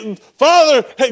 Father